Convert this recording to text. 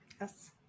Yes